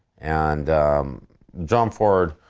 and john ford,